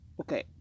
okay